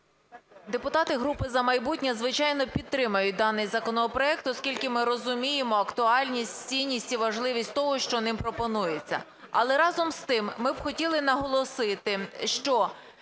Депутати групи "За майбутнє", звичайно, підтримають даний законопроект, оскільки ми розуміємо актуальність, цінність і важливість того, що ним пропонується. Але, разом з тим, ми хотіли б наголосити, що